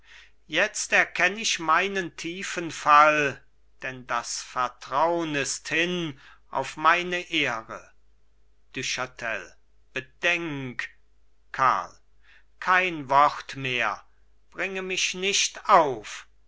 jetzt erkenn ich meinen tiefen fall denn das vertraun ist hin auf meine ehre du chatel bedenk karl kein wort mehr bringe mich nicht auf